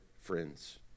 friends